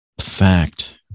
fact